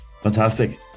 fantastic